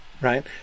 right